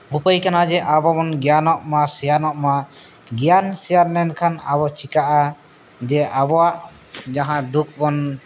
ᱩᱯᱟᱹᱭ ᱠᱟᱱᱟ ᱡᱮ ᱟᱵᱚ ᱵᱚᱱ ᱜᱮᱭᱟᱱᱜᱢᱟ ᱥᱮᱭᱟᱱᱚᱜ ᱢᱟ ᱜᱮᱭᱟᱱ ᱥᱮᱭᱟᱱ ᱞᱮᱠᱷᱟᱱ ᱟᱵᱚ ᱪᱮᱠᱟᱜᱼᱟ ᱡᱮ ᱟᱵᱚᱣᱟᱜ ᱡᱟᱦᱟᱸ ᱫᱩᱠ ᱵᱚᱱ